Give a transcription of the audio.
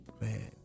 man